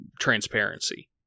transparency